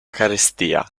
carestia